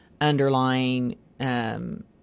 underlying